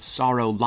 sorrow